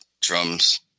Drums